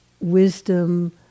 wisdom